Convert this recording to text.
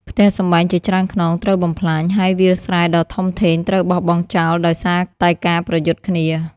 ផ្ទះសម្បែងជាច្រើនខ្នងត្រូវបំផ្លាញ ហើយវាលស្រែដ៏ធំធេងត្រូវបោះបង់ចោលដោយសារតែការប្រយុទ្ធគ្នា។